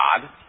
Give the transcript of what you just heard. God